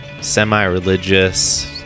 semi-religious